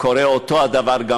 קורה גם בהולנד,